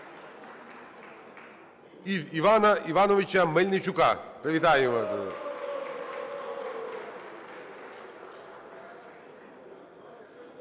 Івана Івановича Мельничука. Привітаємо!